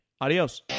Adios